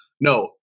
No